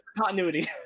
continuity